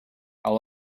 how